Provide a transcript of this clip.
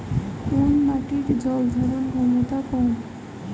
কোন মাটির জল ধারণ ক্ষমতা কম?